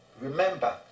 remember